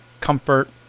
comfort